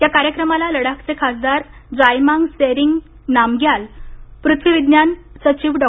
या कार्यक्रमाला लडाखचे खासदार जामयांग सेरिंग नामग्याल पृथ्वी विज्ञान सचिव डॉ